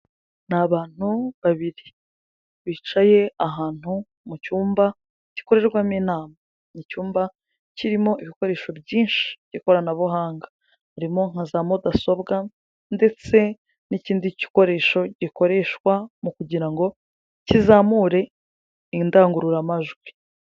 Ni abantu babiri bicaye ahantu mu cyumba gikorerwamo inama, ni icyumba kirimo ibikoresho byinshi by'ikoranabuhanga harimo nka za mudasobwa ndetse n'ikindi gikoresho gikoreshwa mu kugira ngo kizamure indangururamajwi.